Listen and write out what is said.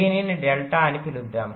దీనిని డెల్టా అని పిలుద్దాం